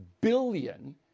billion